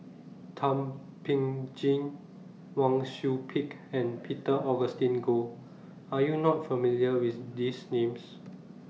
Thum Ping Tjin Wang Sui Pick and Peter Augustine Goh Are YOU not familiar with These Names